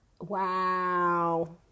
Wow